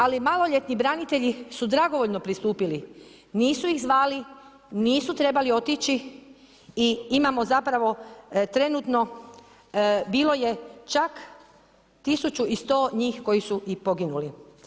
Ali maloljetni branitelji su dragovoljno pristupili, nisu ih zvali, nisu trebali otići i imamo zapravo trenutno bilo je čak 1100 njih koji su i poginuli.